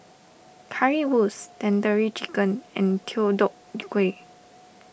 Currywurst Tandoori Chicken and Deodeok Gui